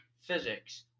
physics